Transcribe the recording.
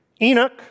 Enoch